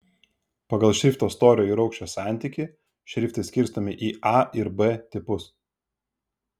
pagal šrifto storio ir aukščio santykį šriftai skirstomi į a ir b tipus